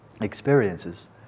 experiences